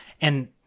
And-